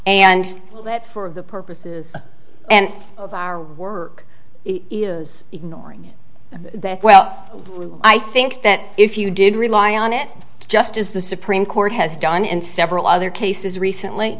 and that for of the purposes and of our work is ignoring that well i think that if you did rely on it just as the supreme court has done in several other cases recently